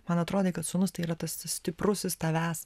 man atrodė kad sūnus tai yra tas stiprusis tavęs